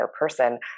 person